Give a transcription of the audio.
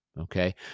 Okay